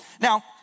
Now